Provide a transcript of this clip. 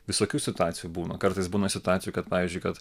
visokių situacijų būna kartais būna situacijų kad pavyzdžiui kad